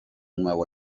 nuevo